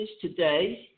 today